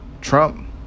Trump